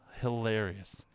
hilarious